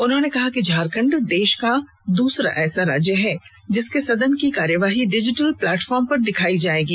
उन्होनें कहा कि झारखंड देश का दूसरा ऐसा राज्य है जिसके सदन की कार्यवाही डिजिटल प्लेटफार्म पर दिखाई जाएगी